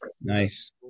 Nice